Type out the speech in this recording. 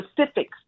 specifics